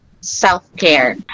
self-care